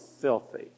filthy